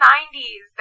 90s